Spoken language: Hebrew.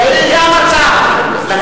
זה המצב.